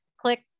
click